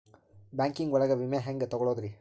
Banking ಒಳಗ ವಿಮೆ ಹೆಂಗ್ ತೊಗೊಳೋದ್ರಿ?